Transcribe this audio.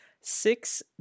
six